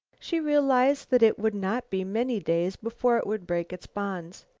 she realized that it would not be many days before it would break its bonds.